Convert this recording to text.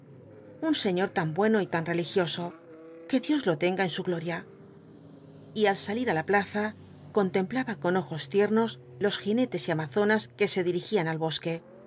un señor tan bueno y tan religioso que dios lo tenga en su gloria y al salir á la plaza contemplaba con ojos tiernos los jinetes y amazonas que se dirigían al bosque